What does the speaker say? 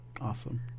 Awesome